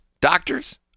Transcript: doctors